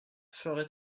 ferai